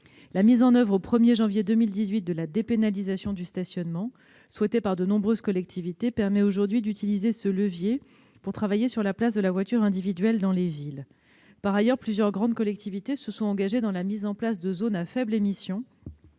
La mise en oeuvre au 1 janvier 2018 de la dépénalisation du stationnement souhaitée par de nombreuses collectivités permet aujourd'hui d'utiliser ce levier pour travailler sur la place de la voiture individuelle dans les villes. Par ailleurs, plusieurs grandes collectivités se sont engagées dans la mise en place de zones à faible émission,